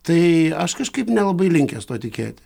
tai aš kažkaip nelabai linkęs tuo tikėti